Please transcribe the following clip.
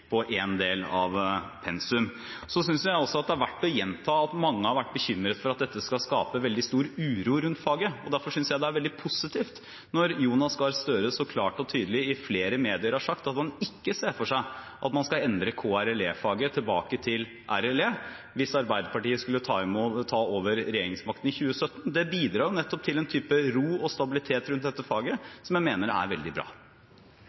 på én del av pensum. Så synes jeg også det er verdt å gjenta at mange har vært bekymret for at dette skal skape veldig stor uro rundt faget. Derfor synes jeg det er veldig positivt når Jonas Gahr Støre så klart og tydelig i flere medier har sagt at han ikke ser for seg at man skal endre KRLE-faget tilbake til RLE hvis Arbeiderpartiet skulle ta over regjeringsmakten i 2017. Det bidrar nettopp til en type ro og stabilitet rundt dette faget som jeg mener er veldig bra.